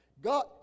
God